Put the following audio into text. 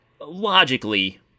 logically